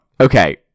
Okay